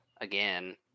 again